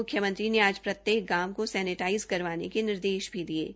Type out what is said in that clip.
म्ख्यमंत्री ने आज प्रत्येक गांव को सैनेटाइज करवाने के निर्देश भी दिये है